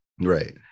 Right